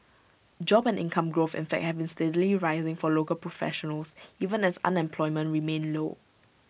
job and income growth and fact have been steadily rising for local professionals even as unemployment remained low